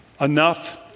enough